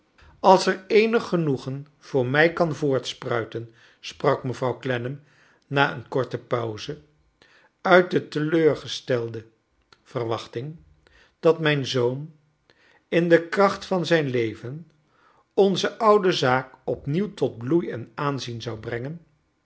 als er eenig genoegen voor mij kan voortspruiten sprak mevrouw clennam na een ko rte pauze uit de teleurgestelde verwachfcing dat mijn zoon in de kracht van zijn leven onze oude zaak opnieuw tot bloei en aanzien zou brengen